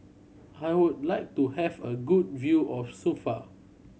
I would like to have a good view of Suva